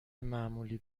معمولی